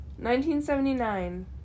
1979